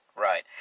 right